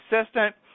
assistant